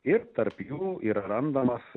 ir tarp jų yra randamas